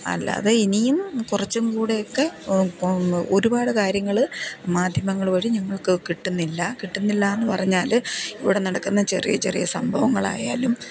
അല്ലാതെ ഇനിയും കുറച്ചും കൂടെയൊക്കെ ഒരുപാട് കാര്യങ്ങൾ മാധ്യമങ്ങൾ വഴി ഞങ്ങൾക്ക് കിട്ടുന്നില്ല കിട്ടുന്നില്ല എന്ന് പറഞ്ഞാൽ ഇവിടെ നടക്കുന്ന ചെറിയ ചെറിയ സംഭവങ്ങളായാലും